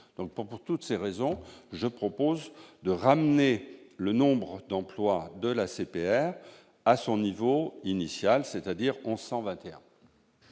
Pour toutes ces raisons, je propose de ramener le plafond d'emplois de l'ACPR à son niveau initial, c'est-à-dire à 1